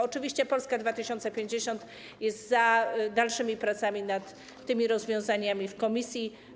Oczywiście Polska 2050 jest za dalszymi pracami nad tymi rozwiązaniami w komisji.